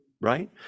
right